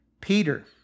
Peter